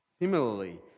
Similarly